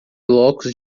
blocos